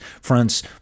France